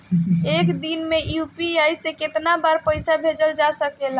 एक दिन में यू.पी.आई से केतना बार पइसा भेजल जा सकेला?